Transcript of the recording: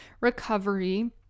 recovery